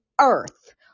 earth